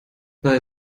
bei